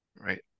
right